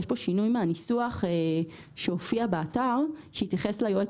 יש כאן שינוי מהניסוח שהופיע באתר שהתייחס ליועץ